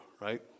right